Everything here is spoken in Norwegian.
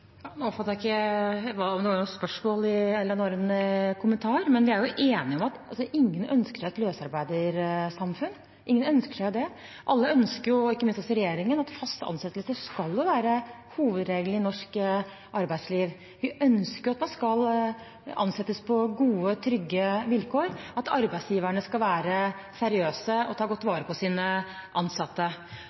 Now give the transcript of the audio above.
ikke om det var noe spørsmål eller om det var en kommentar, men vi er jo enige: Ingen ønsker et løsarbeidersamfunn. Ingen ønsker seg det. Alle, ikke minst også regjeringen, ønsker at fast ansettelse skal være hovedregelen i norsk arbeidsliv. Vi ønsker at man skal ansettes på gode, trygge vilkår, og at arbeidsgiverne skal være seriøse og ta godt vare på sine ansatte.